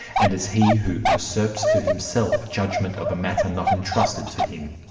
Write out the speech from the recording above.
and as he who usurps to himself judgement of a matter not entrusted to him.